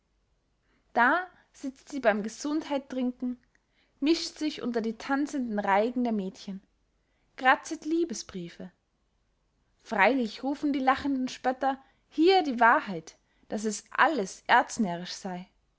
da sitzt sie beym gesundheittrinken mischt sich unter die tanzenden reigen der mächden krazet liebesbriefe freylich rufen die lachenden spötter hier die wahrheit daß es alles erznärrisch sey